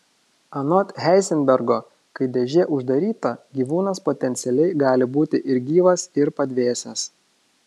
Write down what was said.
anot heizenbergo kai dėžė uždaryta gyvūnas potencialiai gali būti ir gyvas ir padvėsęs